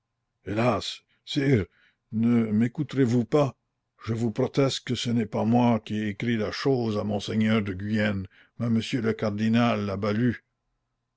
hélas sire ne mécouterez vous pas je vous proteste que ce n'est pas moi qui ai écrit la chose à monseigneur de guyenne mais monsieur le cardinal la balue